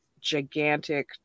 gigantic